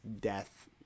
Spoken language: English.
death